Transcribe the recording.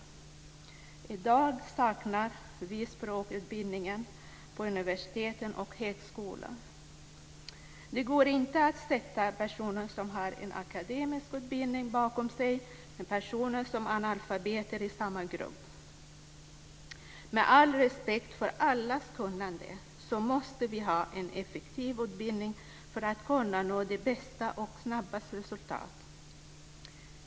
I dag saknar vi språkutbildning på universiteten och högskolorna. Det går inte att sätta personer som har en akademisk utbildning bakom sig och personer som är analfabeter i samma grupp. Med all respekt för allas kunnande så måste vi ha en effektiv utbildning för att kunna nå det bästa och snabbaste resultatet.